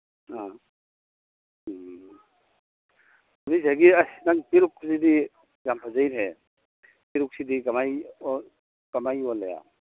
ꯑ ꯎꯝ ꯑꯁ ꯅꯪ ꯄꯤꯔꯨꯛꯁꯤꯗꯤ ꯌꯥꯝ ꯐꯖꯩꯅꯦꯍꯦ ꯄꯦꯔꯨꯛꯁꯤꯗꯤ ꯀꯃꯥꯏ ꯀꯃꯥꯏ ꯌꯣꯜꯂꯤ